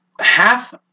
Half